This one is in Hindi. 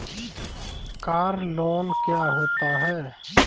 कार लोन क्या होता है?